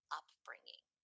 upbringing